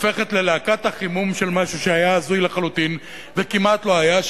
הופכת ללהקת החימום של משהו שהיה הזוי לחלוטין וכמעט לא היה,